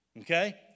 okay